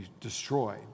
destroyed